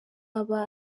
aba